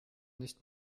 nicht